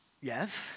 yes